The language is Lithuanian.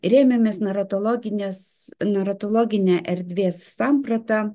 rėmėmės naratologinės naratulogine erdvės sampratą